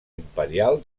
imperial